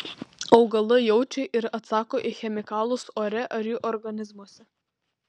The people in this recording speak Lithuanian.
augalai jaučia ir atsako į chemikalus ore ar jų organizmuose